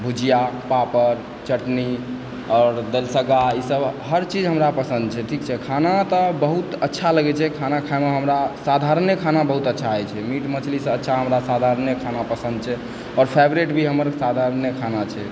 भुजिआ पापड़ चटनी आओर दलसगा ईसभ हर चीज हमरा पसन्द छै ठीक छै खाना तऽ बहुत अच्छा लगैत छै खाना खाइमे हमरा साधारणे खाना हमरा बहुत अच्छा लागय छै मीट मछलीसे अच्छा हमरा साधारणे खाना पसन्द छै आओर फेवरेट भी हमर साधारणे खाना छै